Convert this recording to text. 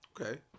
okay